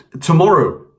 tomorrow